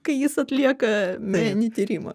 kai jis atlieka meninį tyrimą